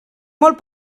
molt